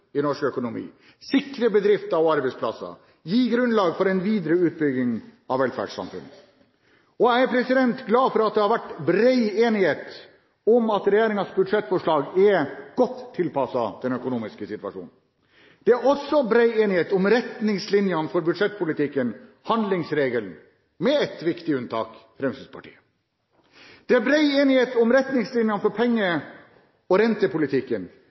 sikre bedrifter og arbeidsplasser og gi grunnlag for en videre utbygging av velferdssamfunnet. Jeg er glad for at det har vært bred enighet om at regjeringens budsjettforslag er godt tilpasset den økonomiske situasjonen. Det er også bred enighet om retningslinjene for budsjettpolitikken – handlingsregelen – med ett viktig unntak: Fremskrittspartiet. Det er bred enighet om retningslinjene for penge- og rentepolitikken,